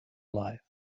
life